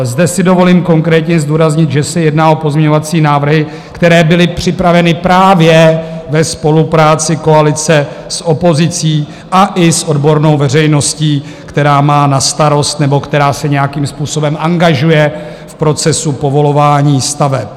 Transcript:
Zde si dovolím konkrétně zdůraznit, že se jedná o pozměňovací návrhy, které byly připraveny právě ve spolupráci koalice s opozicí a i s odbornou veřejností, která se nějakým způsobem angažuje v procesu povolování staveb.